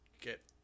get